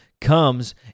comes